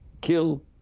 kill